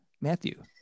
Matthew